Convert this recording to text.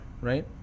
Right